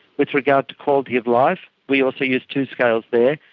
with regard to quality of life we also used two scales there,